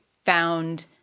found